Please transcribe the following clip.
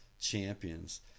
champions